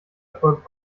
erfolgt